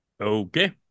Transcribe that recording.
Okay